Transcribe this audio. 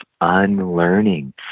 unlearning